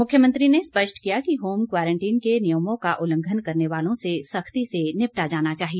मुख्यमंत्री ने स्पष्ट किया कि होम क्वारंटीन के नियमों का उल्लंघन करने वालों से सख्ती से निपटा जाना चाहिए